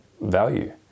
value